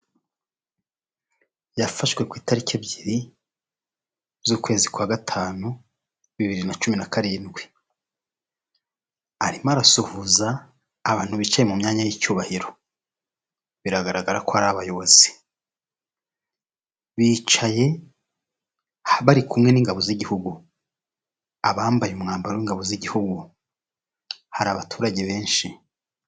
Yafashwe ku itariki ebyiri z'ukwezi kwa gatanu, bibiri na cumi na karindwi. Arimo arasuhuza abantu bicaye mu myanya y'icyubahiro. Biragaragara ko ari abayobozi. Bicaye bari kumwe n'ingabo z'igihugu, abambaye umwambaro w'ingabo z'igihugu. Hari abaturage benshi.